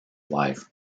live